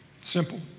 Simple